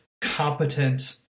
competent